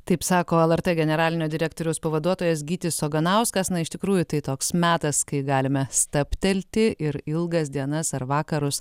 taip sako lrt generalinio direktoriaus pavaduotojas gytis oganauskas na iš tikrųjų tai toks metas kai galime stabtelti ir ilgas dienas ar vakarus